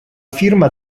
firma